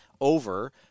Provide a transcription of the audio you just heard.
over